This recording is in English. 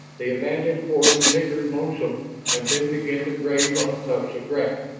the abandoned horse nickered lonesomely and then began to graze on tufts of grass,